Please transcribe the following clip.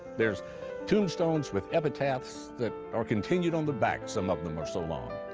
there's tombstones with epitaphs that are continued on the back, some of them are so long.